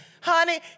Honey